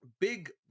big